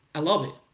i love it,